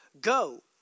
Go